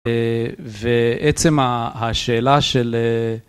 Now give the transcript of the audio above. ועצם השאלה של...